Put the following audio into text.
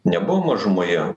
nebuvo mažumoje